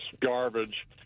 garbage